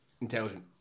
intelligent